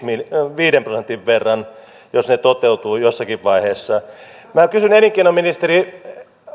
viiden prosentin verran jos ne toteutuvat jossakin vaiheessa minä kysyn elinkeinoministeri